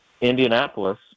Indianapolis